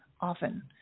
often